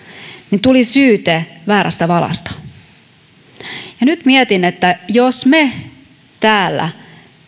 niin tuli syyte väärästä valasta nyt mietin että jos me täällä